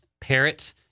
parrot